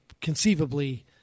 conceivably